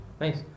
Nice